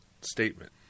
statement